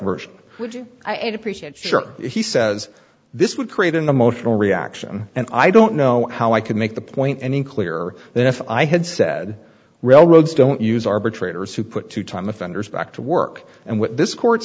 appreciate sure he says this would create an emotional reaction and i don't know how i could make the point any clearer than if i had said railroads don't use arbitrators who put two time offenders back to work and what this court